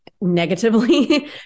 negatively